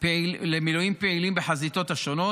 פעילים בחזיתות השונות.